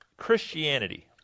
Christianity